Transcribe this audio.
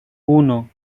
uno